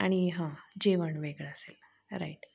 आणि हं जेवण वेगळं असेल राईट